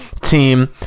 team